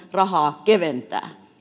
rahaa keventää